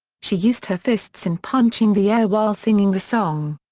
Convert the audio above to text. she used her fists in punching the air while singing the song.